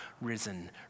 risen